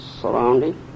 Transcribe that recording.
surrounding